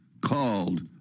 called